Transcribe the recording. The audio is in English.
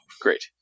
great